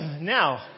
Now